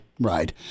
right